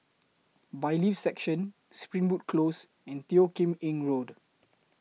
Bailiffs' Section Springwood Close and Teo Kim Eng Road